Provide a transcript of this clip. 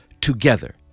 together